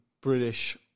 British